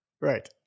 Right